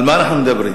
על מה אנחנו מדברים?